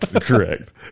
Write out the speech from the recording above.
Correct